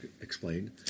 explained